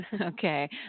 Okay